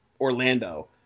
Orlando